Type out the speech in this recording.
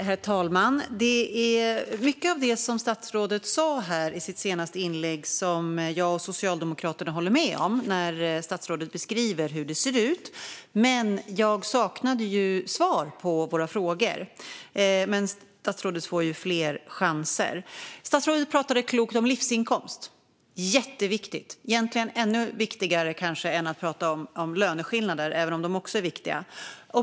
Herr talman! Jag och Socialdemokraterna håller med om mycket av det statsrådet sa i sitt senaste inlägg och hur statsrådet beskriver att det ser ut. Men jag saknade svar på våra frågor. Men statsrådet får ju fler chanser. Statsrådet talade klokt om livsinkomst. Det är jätteviktigt, kanske egentligen ännu viktigare än att prata om löneskillnader, även om de också är viktiga.